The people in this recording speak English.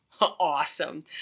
awesome